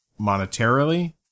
monetarily